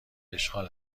اشغال